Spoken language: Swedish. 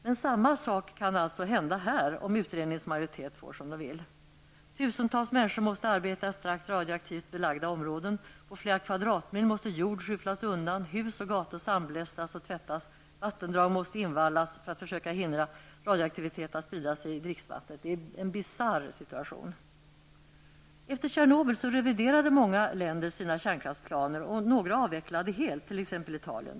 Men samma sak skulle alltså kunna hända här, om utredningens majoritet får som den vill. Tusentals människor måste arbeta i starkt radioaktivt belagda områden. På flera kvadratmil måste jord skyfflas undan, hus och gator sandblästras och tvättas. Vattendrag måste invallas för att man skall försöka hindra radioaktivitet att sprida sig i dricksvattnet. Det är en bisarr situation. Efter Tjernobyl reviderade många länder sina kärnkraftsplaner, och några avvecklade helt, t.ex. Italien.